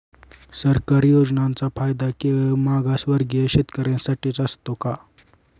सरकारी योजनांचा फायदा केवळ मागासवर्गीय शेतकऱ्यांसाठीच असतो का?